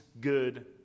good